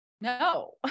No